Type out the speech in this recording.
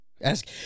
Ask